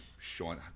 Sean